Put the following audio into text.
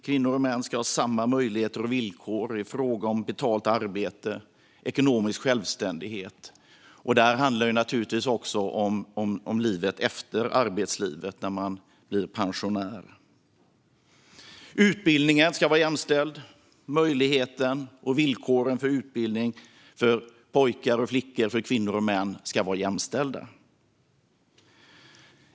Kvinnor och män ska ha samma möjligheter och villkor i fråga om betalt arbete som ger ekonomisk självständighet. Det handlar naturligtvis också om livet efter arbetslivet, när man blir pensionär. Utbildningen ska vara jämställd. Möjligheten till och villkoren för utbildning för pojkar och flickor och för kvinnor och män ska vara jämställda.